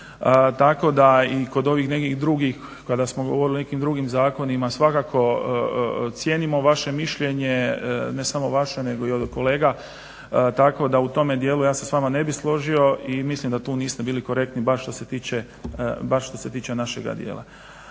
tako da i kod ovih nekih drugih kada smo govorili o nekim drugim zakonima svakako cijenimo vaše mišljenje, ne samo vaše nego i od kolega, tako da u tome dijelu ja se s vama ne bih složio i mislim da tu niste bili korektni bar što se tiče našega dijela.